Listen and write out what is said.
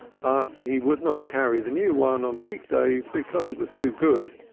but he would not carry the new one on week-days because it was too good.